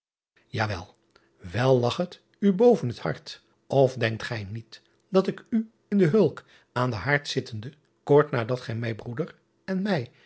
wel wel lag het u boven het hart of denkt gij niet dat ik u in de ulk aan den haard zittende kort nadat gij mijn broeder en mij